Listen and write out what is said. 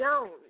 Jones